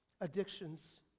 addictions